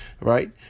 right